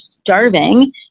starving